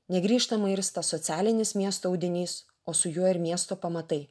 negrįžtamai irsta socialinis miesto audinys o su juo ir miesto pamatai